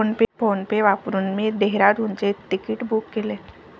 PhonePe वापरून मी डेहराडूनचे तिकीट बुक केले